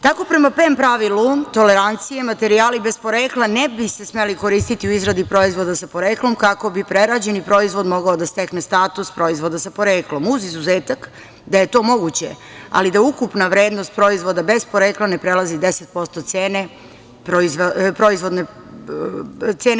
Tako prema PEM pravilu, tolerancija, materijali bez porekla ne bi se smeli koristiti u izradi proizvoda sa poreklom, kako bi prerađeni proizvod mogao da stekne status proizvoda sa poreklom, uz izuzetak da je to moguće, ali da ukupna vrednost proizvoda bez porekla ne prelazi 10% cene proizvoda.